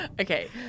okay